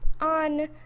on